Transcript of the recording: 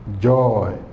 Joy